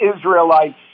Israelites